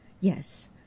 Yes